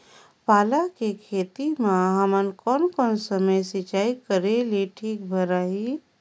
पाला के खेती मां हमन कोन कोन समय सिंचाई करेले ठीक भराही?